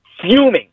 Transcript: fuming